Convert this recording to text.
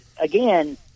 again